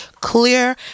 clear